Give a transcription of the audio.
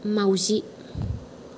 माउजि